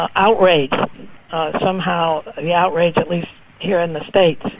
ah outrage somehow the outrage, at least here in the states,